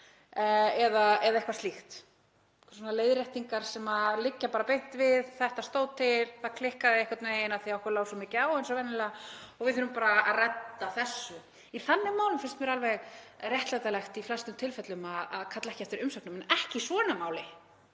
eru einhverjar leiðréttingar sem liggja bara beint við; þetta stóð til en það klikkaði einhvern veginn af því að okkur lá svo mikið á eins og venjulega og við þurfum bara að redda þessu. Í þannig málum finnst mér alveg réttlætanlegt í flestum tilfellum að kalla ekki eftir umsögnum en ekki í svona máli,